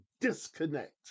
disconnect